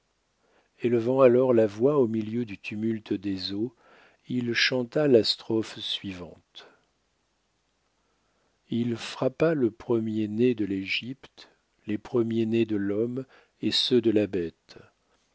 élevant alors la voix au milieu du tumulte des eaux il chanta la strophe suivante il frappa le premier-né de l'égypte les premiers-nés de l'homme et ceux de la bête